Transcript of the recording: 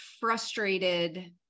frustrated